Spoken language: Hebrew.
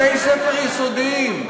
בתי-ספר יסודיים.